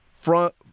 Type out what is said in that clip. front